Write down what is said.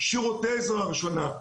לשירותי עזרה ראשונה.